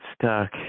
stuck